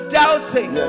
doubting